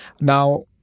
now